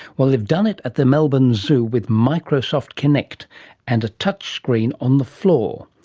well, they've done it at the melbourne zoo with microsoft kinect and a touchscreen on the floor.